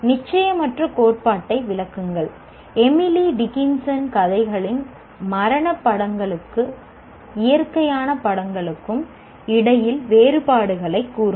நிச்சயமற்ற கோட்பாட்டை விளக்குங்கள் எமிலி டிக்கின்சன் கவிதைகளின் மரணப் படங்களுக்கும் இயற்கையான படங்களுக்கும் இடையில் வேறுபாடுகளை கூறுங்கள்